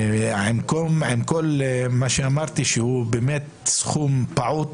עם כל מה שאמרתי, שזה באמת סכום פעוט,